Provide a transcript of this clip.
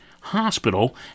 hospital